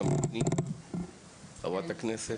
חברת הכנסת.